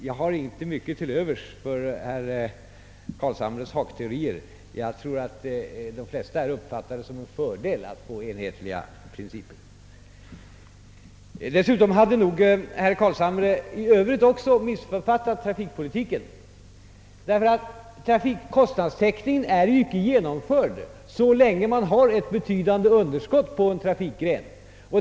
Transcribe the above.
Jag har inte mycket till övers för herr Carlshamres hakteorier. Jag tror tvärtom att de flesta uppfattar det som en fördel med enhetliga principer. Herr Carlshamre hade nog dessutom i Övrigt missuppfattat trafikpolitiken, ty kostnadstäckningen är icke genomförd så länge man har ett betydande underskott på en trafikgren.